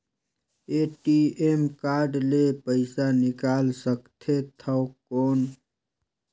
ATM card ले पइसा निकाल सकथे थव कौन?